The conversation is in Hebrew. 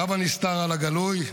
רב הנסתר על הגלוי.